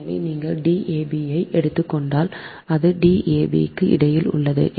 எனவே நீங்கள் D a b ஐ எடுத்துக் கொண்டால் அது D a b க்கு இடையில் உள்ளது